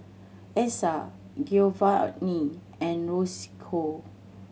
Essa Giovani and Roscoe